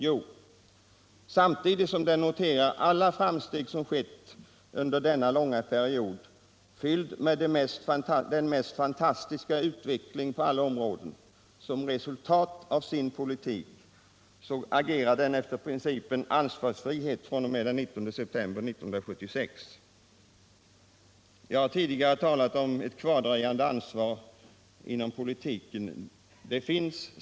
Jo, samtidigt som de noterar alla framsteg som skett under denna långa period — fylld med den mest fantastiska utveckling på alla områden —- som resultat av sin politik, så agerar de efter principen ”ansvarsfrihet fr.o.m. den 19 september 1976”. Jag har tidigare talat om ett kvardröjande ansvar inom politiken.